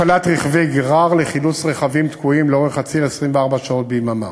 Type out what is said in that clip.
הפעלת רכבי גרר לחילוץ רכבים תקועים לאורך הציר 24 שעות ביממה,